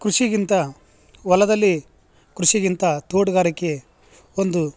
ಕೃಷಿಗಿಂತ ಹೊಲದಲ್ಲಿ ಕೃಷಿಗಿಂತ ತೋಟಗಾರಿಕೆ ಒಂದು